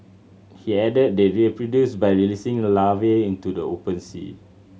he added they reproduce by releasing larvae into the open sea